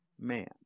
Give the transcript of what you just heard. man